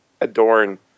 adorn